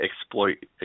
exploit